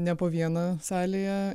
ne po vieną salėje